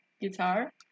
guitar